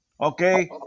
Okay